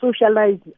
socialize